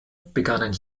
begannen